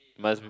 must